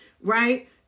right